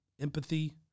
empathy